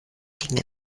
dinge